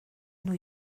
new